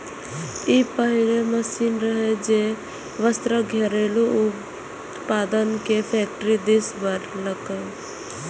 ई पहिल मशीन रहै, जे वस्त्रक घरेलू उत्पादन कें फैक्टरी दिस बढ़ेलकै